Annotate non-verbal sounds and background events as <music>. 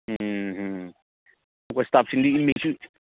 ꯎꯝ ꯎꯝ ꯅꯈꯣꯏ ꯏꯁꯇꯥꯐꯁꯤꯡꯗ <unintelligible>